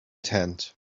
tent